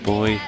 Boy